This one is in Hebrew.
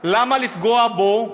למה לפגוע בו?